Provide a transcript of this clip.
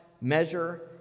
measure